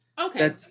Okay